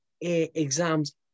exams